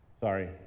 Sorry